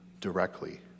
directly